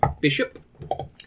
Bishop